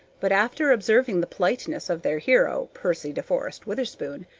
but after observing the politeness of their hero, percy de forest witherspoon,